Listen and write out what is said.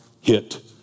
hit